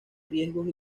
riesgos